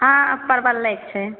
हँ परबल लै कऽ छै